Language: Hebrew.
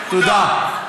נקודה.